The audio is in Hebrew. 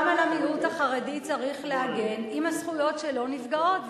גם על המיעוט החרדי צריך להגן אם הזכויות שלו נפגעות,